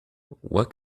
what